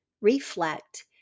reflect